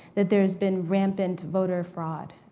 that there's been rampant voter fraud.